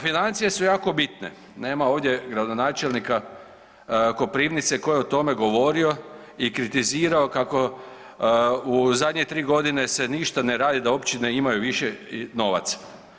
Financije su jako bitne, nema ovdje gradonačelnika Koprivnice koji je o tome govorio i kritizirao kako u zadnje tri godine se ništa ne radi da općine imaju više novaca.